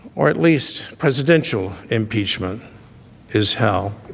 or at least presidential impeachment is hell.